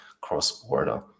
cross-border